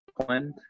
point